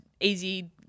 easy –